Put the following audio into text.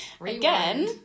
Again